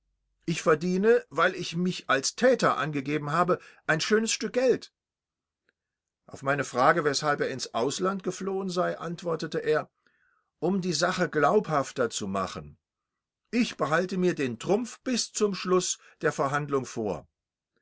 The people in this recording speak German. ich verdiene weil ich mich als täter angegeben habe ein schönes stück geld auf meine frage weshalb er ins ausland geflohen sei antwortete er um die sache glaubhafter zu machen ich behalte mir den trumpf bis zum schluß der verhandlung vor